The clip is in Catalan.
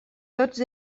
tots